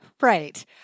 Right